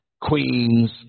Queens